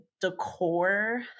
decor